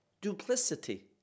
duplicity